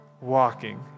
walking